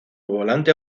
volante